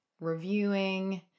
reviewing